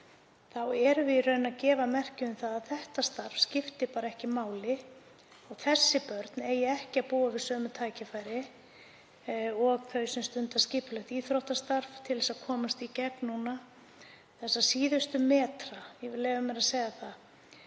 hóp erum við í rauninni að gefa merki um að þetta starf skipti ekki máli og þessi börn eigi ekki að búa við sömu tækifæri og þau sem stunda skipulagt íþróttastarf, til að komast í gegnum þessa síðustu metra núna, ég vil leyfa mér að segja það.